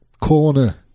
corner